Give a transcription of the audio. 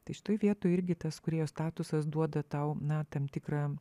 tai šitoj vietoj irgi tas kūrėjo statusas duoda tau na tam tikrą